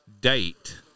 date